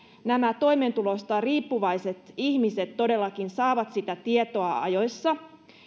nämä toimeentulotuesta riippuvaiset ihmiset todellakin saavat sitä tietoa ajoissa